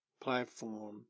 platform